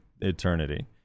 eternity